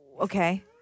Okay